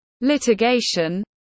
litigation